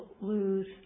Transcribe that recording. lose